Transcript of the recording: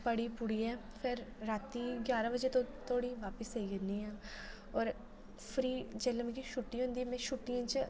पढ़ी पुढ़ियै फिर रातीं ग्यारां बजे धोड़ी बापस सेई ज'न्नी आं होर फ्री जेल्लै मिगी छुट्टी होंदी मिगी छुट्टियें च